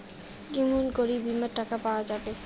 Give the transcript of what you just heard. কেমন করি বীমার টাকা পাওয়া যাবে?